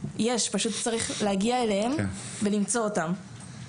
פשוט צריך להגיע אליהם ולמצוא אותם.